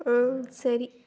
ಹ್ಞೂ ಸರಿ